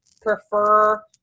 prefer